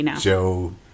Joe